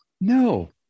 No